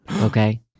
okay